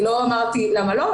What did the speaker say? אני לא אמרתי למה לא,